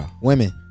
Women